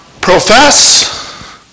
profess